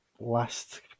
last